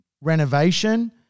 renovation